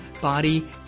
body